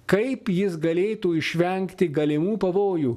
kaip jis galėtų išvengti galimų pavojų